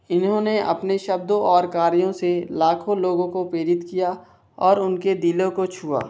इन्होंने अपने शब्दों और कार्यों से लाखों लोगों को प्रेरित किया और उनके दिलों को छुआ